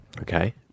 Okay